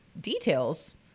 details